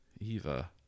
Eva